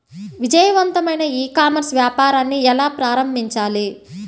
విజయవంతమైన e commerce వ్యాపారాన్ని ఎలా ప్రారంభించాలి?